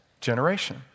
generation